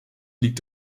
liegt